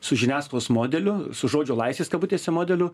su žiniasklaidos modeliu su žodžio laisvės kabutėse modeliu